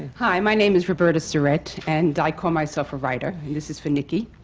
hi. my name is roberta surrette, and i call myself a writer. this is for nicky.